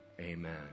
Amen